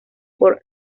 por